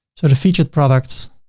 sort of featured products,